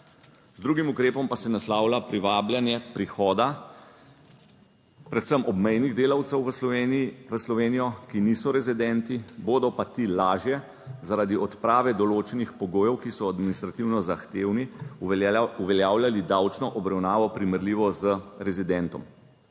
Z drugim ukrepom pa se naslavlja privabljanje prihoda predvsem obmejnih delavcev v Slovenijo, ki niso rezidenti, bodo pa ti lažje zaradi odprave določenih pogojev, ki so administrativno zahtevni, uveljavljali davčno obravnavo primerljivo z rezidentom.